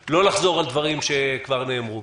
לא לחזור על דברים שכבר נאמרו.